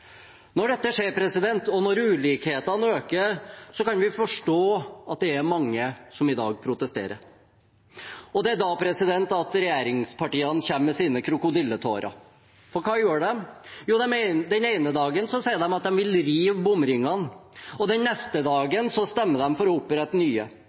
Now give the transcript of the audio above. Når dette skjer, og når ulikhetene øker, kan vi forstå at det er mange som i dag protesterer. Og det er da regjeringspartiene kommer med sine krokodilletårer. For hva gjør de? Jo, den ene dagen sier de at de vil rive bomringene, og den neste dagen stemmer de for å opprette nye.